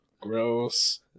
Gross